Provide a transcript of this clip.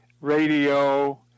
radio